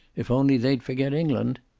if only they'd forget england.